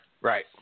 Right